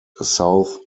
south